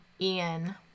Ian